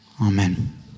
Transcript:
Amen